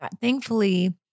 thankfully